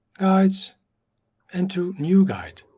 guides and to new guide.